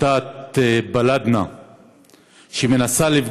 אי-אפשר להמשיך